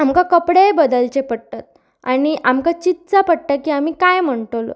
आमकां कपडेय बदलचें पडटात आनी आमकां चितचं पडटा की आमी कांय म्हणटलो